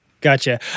Gotcha